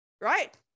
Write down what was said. Right